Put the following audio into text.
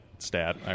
Stat